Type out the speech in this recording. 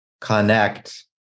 connect